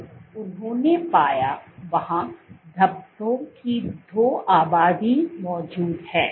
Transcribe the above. तो उन्होंने पाया वहां धब्बे की दो आबादी मौजूद हैं